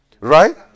Right